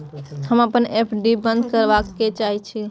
हम अपन एफ.डी बंद करबा के चाहे छी